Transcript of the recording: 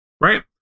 Right